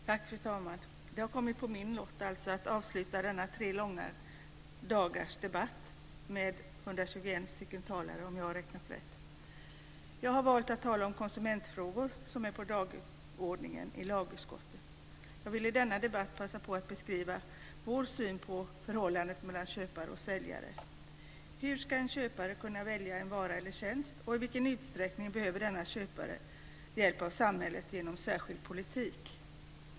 Fru talman! Det har kommit på min lott att avsluta denna tre dagar långa debatt, med 121 talare, om jag har räknat rätt. Jag har valt att tala om konsumentfrågor, som är på dagordningen i lagutskottet. Jag vill i denna debatt passa på att beskriva vår syn på förhållandet mellan köpare och säljare. Hur ska en köpare kunna välja en vara eller tjänst? Och i vilken utsträckning behöver denna köpare hjälp av samhället genom särskild politik?